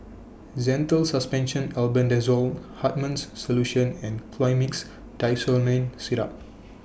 Zental Suspension Albendazole Hartman's Solution and Colimix Dicyclomine Syrup